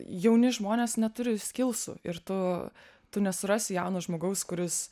jauni žmonės neturi skilsų ir tu tu nesurasi jauno žmogaus kuris